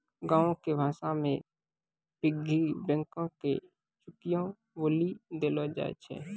गांवो के भाषा मे पिग्गी बैंको के चुकियो बोलि देलो जाय छै